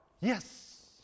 Yes